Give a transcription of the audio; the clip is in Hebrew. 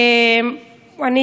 גברתי השרה,